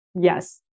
Yes